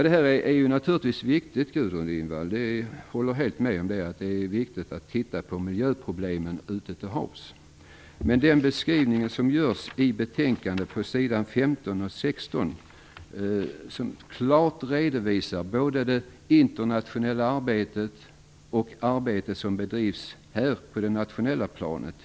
Detta är naturligtvis viktigt, Gudrun Lindvall, det håller jag helt med om. Det är viktigt att titta på miljöproblemen ute till havs. Men beskrivningen på s. 15-16 i betänkandet redovisar klart både det internationella arbetet och det arbete som bedrivs på det nationella planet.